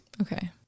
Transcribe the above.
Okay